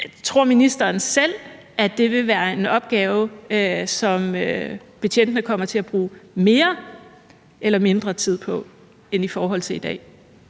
tror ministeren så selv, det vil være en opgave, som betjentene kommer til at bruge mere eller mindre tid på i forhold til i dag?